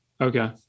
Okay